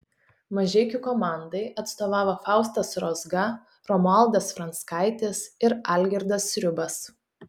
mažeikių komandai atstovavo faustas rozga romualdas franckaitis ir algirdas sriubas